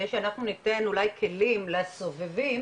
שאנחנו ניתן אולי כלים לסובבים,